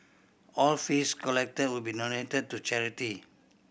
all fees collected will be donated to charity